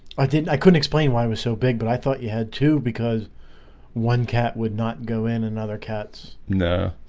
i think i couldn't explain why i was so big but i thought you had to because one cat would not go in and other cats know